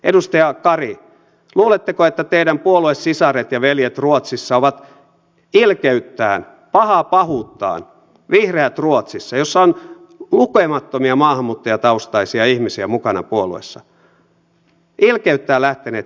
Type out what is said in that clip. edustaja kari luuletteko että teidän puoluesisarenne ja veljenne ruotsissa ovat ilkeyttään pahaa pahuuttaan vihreät ruotsissa missä on lukemattomia maahanmuuttajataustaisia ihmisiä mukana puolueessa lähteneet kiristämään perheenyhdistämisen ehtoja